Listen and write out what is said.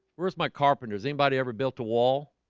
where's my carpenters anybody ever built a wall?